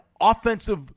offensive